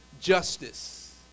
justice